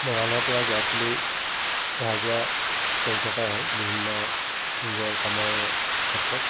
মৰাণৰ পৰা গুৱাহাটীলৈ অহা যোৱা কৰি থকা হয় বিভিন্ন নিজৰ কামৰ ক্ষেত্ৰত